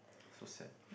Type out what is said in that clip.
so sad